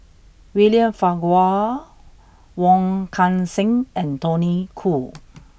William Farquhar Wong Kan Seng and Tony Khoo